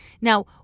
Now